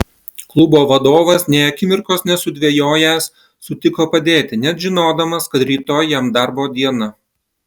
klubo vadovas nė akimirkos nesudvejojęs sutiko padėti net žinodamas kad rytoj jam darbo diena